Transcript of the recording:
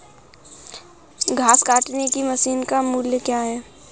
घास काटने की मशीन का मूल्य क्या है?